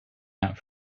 out